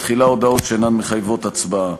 תחילה הודעות שאינן מחייבות הצבעה.